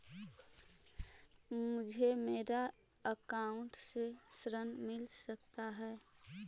मुझे मेरे अकाउंट से ऋण मिल सकता है?